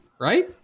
right